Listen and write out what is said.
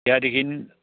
त्यहाँदेखिन्